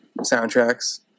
soundtracks